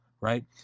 right